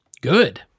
good